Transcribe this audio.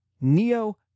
Neo